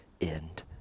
end